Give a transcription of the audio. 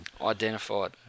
Identified